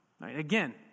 Again